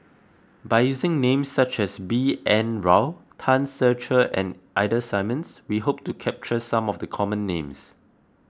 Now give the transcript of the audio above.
by using names such as B N Rao Tan Ser Cher and Ida Simmons we hope to capture some of the common names